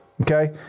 Okay